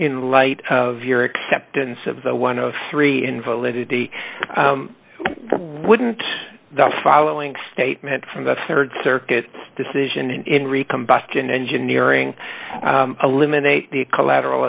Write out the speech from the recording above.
in light of your acceptance of the one of three invalidity wouldn't the following statement from the rd circuit decision and in re combustion engineering eliminate the collateral